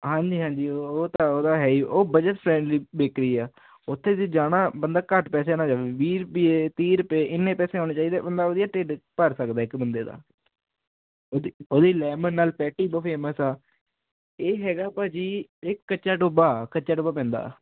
ਹਾਂਜੀ ਹਾਂਜੀ ਉਹ ਤਾਂ ਉਹਦਾ ਹੈ ਹੀ ਉਹ ਬਜਟ ਫਰੈਂਡ ਬਿਕਰੀ ਆ ਉਥੇ ਜੇ ਜਾਣਾ ਬੰਦਾ ਘੱਟ ਪੈਸਿਆ ਨਾ ਜਾਵੇ ਵੀਹ ਰੁਪਏ ਤੀਹ ਰੁਪਏ ਇੰਨੇ ਪੈਸੇ ਹੋਣੇ ਚਾਹੀਦੇ ਉਨਾ ਵਧੀਆ ਢਿੱਡ ਭਰ ਸਕਦਾ ਇੱਕ ਬੰਦੇ ਦਾ ਉਹਦੀ ਲੈਮਨ ਨਾਲ ਪੈਟੀ ਬਹੁਤ ਫੇਮਸ ਆ ਇਹ ਹੈਗਾ ਭਾਅ ਜੀ ਇਹ ਕੱਚਾ ਟੋਬਾ ਕੱਚਾ ਟੋਬਾ ਪੈਂਦਾ